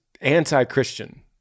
anti-Christian